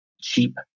cheap